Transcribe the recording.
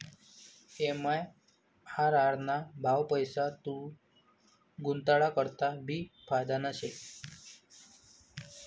MIRR ना भाव पैसा गुताडा करता भी फायदाना शे